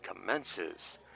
commences